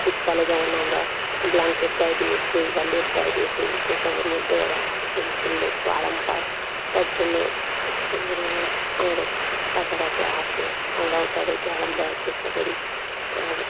শীতকালে যেমন আমরা ব্ল্যাঙ্কেট গায়ে দিয়ে শুই বা লেপ গায়ে দিয়ে শুই সেইসবের মধ্যে ওরা এসে ঢুকলে একটু আরাম পায় তার জন্য আমাদের কাছাকাছি আসে আমরাও তাদেরকে আরাম দেওয়ার চেষ্টা করি আর